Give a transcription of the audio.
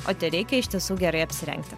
o tereikia iš tiesų gerai apsirengti